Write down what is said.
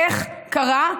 איך קרה,